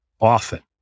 often